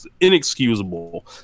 inexcusable